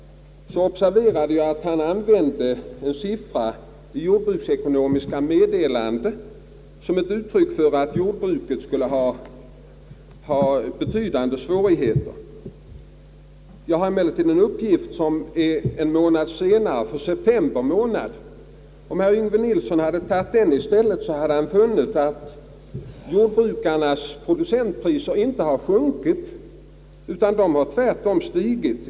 Jag observerade att han använde en siffra i Jordbruksekonomiska Meddelanden för att visa att jordbruket skulle ha betydande svårigheter. Emellertid finns en siffra en månad senare, för september, visserligen bara i stencil men om herr Yngve Nilsson i stället tagit den hade han funnit att jordbrukarnas producentpriser inte sjunkit utan tvärtom stigit.